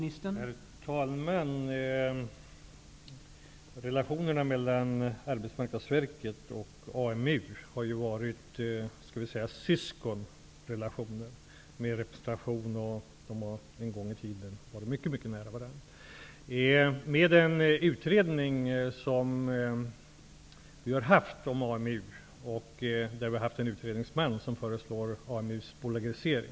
Herr talman! Relationerna mellan Arbetsmarknadsverket och AMU har varit syskonrelationer, med styrelserepresentation. De har en gång i tiden varit mycket nära varandra. En utredning har gjorts om AMU. Utredningsmannen föreslår att AMU skall bolagiseras.